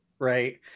Right